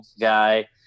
guy